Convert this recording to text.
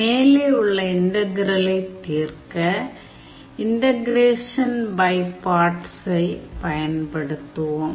மேலே உள்ள இன்டகிரலை தீர்க்க இன்டகிரேஷன் பை பார்ட்ஸை பயன்படுத்துவோம்